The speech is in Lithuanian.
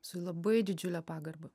su labai didžiule pagarba